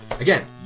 again